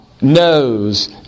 knows